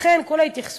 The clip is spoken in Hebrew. לכן כל ההתייחסות,